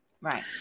Right